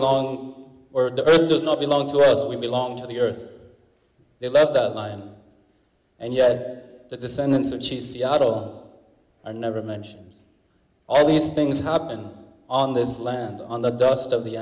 long or the earth does not belong to us we belong to the earth they left that line and yet the descendants of she seattle are never mentioned all these things happened on this land on the dust of the